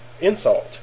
insult